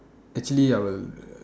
actually I will